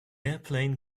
airplane